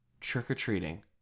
trick-or-treating